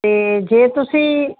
ਅਤੇ ਜੇ ਤੁਸੀਂ